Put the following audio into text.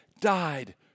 died